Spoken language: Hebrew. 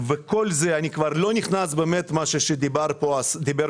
אני כבר לא נכנס למצב הביטחוני בצפון עליו דיבר השר.